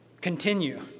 continue